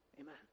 Amen